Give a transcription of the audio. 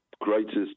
greatest